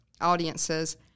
audiences